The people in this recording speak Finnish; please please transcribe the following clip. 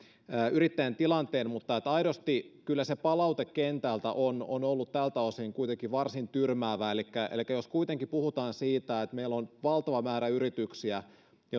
yrittäjien tilanteen aidosti se palaute kentältä on kyllä ollut tältä osin kuitenkin varsin tyrmäävää elikkä elikkä jos kuitenkin puhutaan siitä että meillä on valtava määrä yrityksiä